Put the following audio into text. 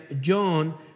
John